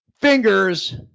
fingers